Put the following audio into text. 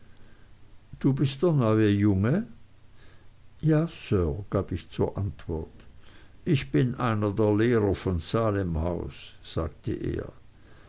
du bist der neue junge ja sir gab ich zur antwort ich bin einer der lehrer von salemhaus sagte er